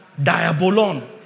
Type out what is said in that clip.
Diabolon